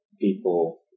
people